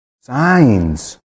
Signs